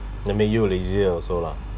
that made you lazy also lah